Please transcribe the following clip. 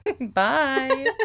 Bye